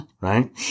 Right